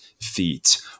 feet